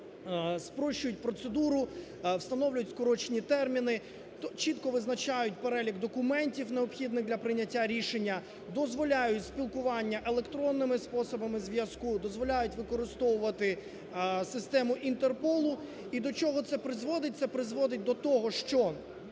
спрощують процедуру, встановлюють скорочені терміни, чітко визначають перелік документів необхідних для прийняття рішення, дозволяють спілкування електронними способами зв'язку, дозволяють використовувати систему Інтерполу. І до чого це призводить? Це призводить до того, що